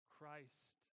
Christ